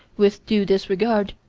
with due disregard,